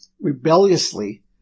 rebelliously